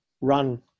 run